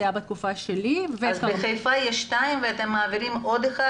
זה היה בתקופה שלי ו- -- אז בחיפה יש שניים ואתם מעבירים עוד אחד?